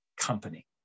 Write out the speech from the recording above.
company